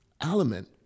element